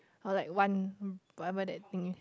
or like one whatever that thing